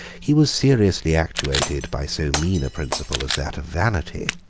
he was seriously actuated by so mean a principle as that of vanity.